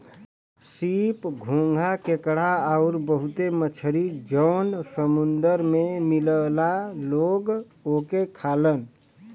सीप, घोंघा केकड़ा आउर बहुते मछरी जौन समुंदर में मिलला लोग ओके खालन